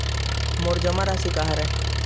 मोर जमा राशि का हरय?